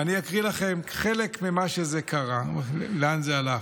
ואני אקריא לכם חלק ממה שקרה, לאן זה הלך.